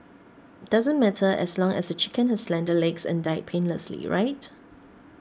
doesn't matter as long as the chicken has slender legs and died painlessly right